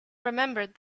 remembered